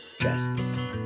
Justice